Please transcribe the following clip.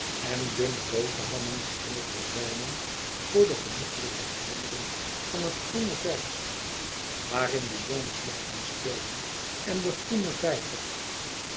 en dunne boterhammen geheel verdwijnen voor de genoeglijke herinnering van het groene veld waarin de jongens mochten spelen en den groenen vijver